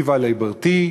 vive la liberté,